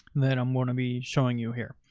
and then i'm going to be showing you here.